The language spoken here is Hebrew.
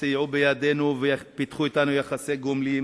שסייעו בידינו ופיתחו אתנו יחסי גומלין,